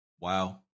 Wow